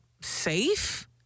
safe